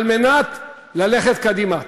כדי ללכת קדימה.